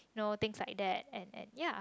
you know things like that and and ya